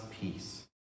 peace